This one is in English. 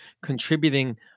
contributing